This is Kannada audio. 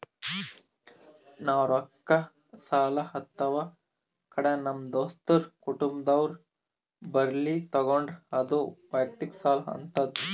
ನಾವ್ ರೊಕ್ಕ ಸಾಲ ಅಥವಾ ಕಡ ನಮ್ ದೋಸ್ತರು ಕುಟುಂಬದವ್ರು ಬಲ್ಲಿ ತಗೊಂಡ್ರ ಅದು ವಯಕ್ತಿಕ್ ಸಾಲ ಆತದ್